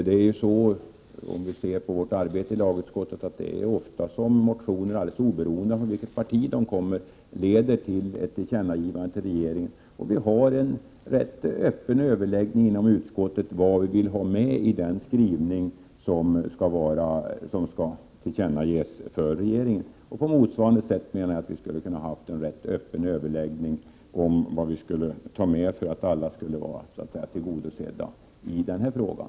Det är ju så med vårt arbete i lagutskottet att motioner, alldeles oberoende av vilket parti de kommer från, ofta leder till ett tillkännagivande till regeringen, och vi har då en rätt öppen överläggning inom utskottet om vad vi vill ha med i den skrivning som skall tillkännages för regeringen. På motsvarande sätt menar jag att vi skulle ha kunnat ha en rätt öppen överläggning om vad vi skulle ta med för att alla skulle vara tillgodosedda i den här frågan.